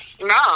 No